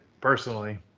personally